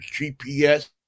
GPS